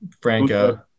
Franco